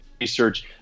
research